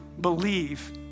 believe